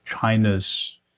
China's